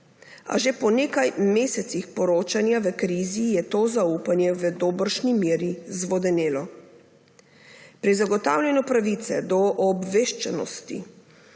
A že po nekaj mesecih poročanja v krizi je to zaupanje v dobršni meri zvodenelo. Pri zagotavljanju pravice do obveščenosti